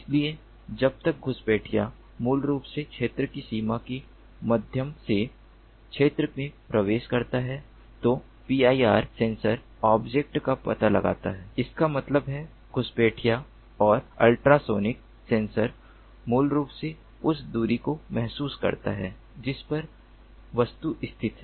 इसलिए जब एक घुसपैठिया मूल रूप से क्षेत्र की सीमा के माध्यम से क्षेत्र में प्रवेश करता है तो PIR सेंसर ऑब्जेक्ट का पता लगाता है इसका मतलब है घुसपैठिया और अल्ट्रासोनिक सेंसर मूल रूप से उस दूरी को महसूस करता है जिस पर वस्तु स्थित है